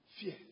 Fear